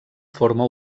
forma